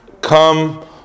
come